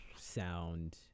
sound